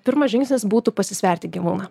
pirmas žingsnis būtų pasisverti gyvūną